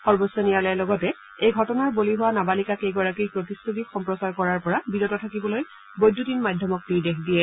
সৰ্বোচ্চ ন্যায়ালয়ে লগতে এইঘটনাৰ বলি হোৱা নাবালিকা কেইগৰাকীৰ প্ৰতিচ্ছবি সম্প্ৰচাৰ কৰাৰ পৰা বিৰত থাকিবলৈ বৈদ্যুতিন মাধ্যমক নিৰ্দেশ দিয়ে